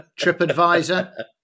TripAdvisor